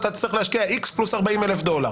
אתה תצטרך להשקיע X פלוס 40 אלף דולר?